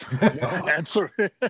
Answer